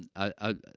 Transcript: and ah,